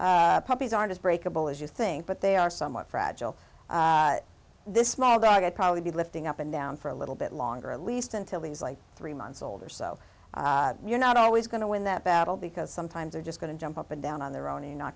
dogs puppies aren't as breakable as you think but they are somewhat fragile this small but i'd probably be lifting up and down for a little bit longer at least until he's like three months older so you're not always going to win that battle because sometimes they're just going to jump up and down on their own and not